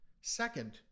second